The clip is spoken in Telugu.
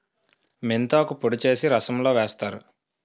మెంతాకు పొడి చేసి రసంలో వేస్తారు